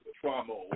trauma